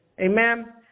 Amen